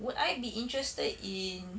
would I be interested in